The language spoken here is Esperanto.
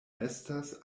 estas